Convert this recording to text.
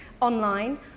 online